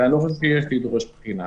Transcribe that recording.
ואני לא חושב שיש לדרוש בחירה.